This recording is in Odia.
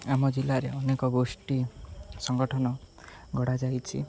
ଆମ ଜିଲ୍ଲାରେ ଅନେକ ଗୋଷ୍ଠୀ ସଂଗଠନ ଗଢ଼ାଯାଇଛି